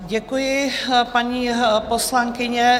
Děkuji, paní poslankyně.